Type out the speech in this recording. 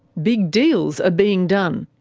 big deals are being done.